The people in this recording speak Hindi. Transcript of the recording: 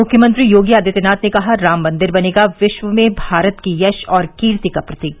मुख्यमंत्री योगी आदित्यनाथ ने कहा राम मन्दिर बनेगा विश्व में भारत की यश और कीर्ति का प्रतीक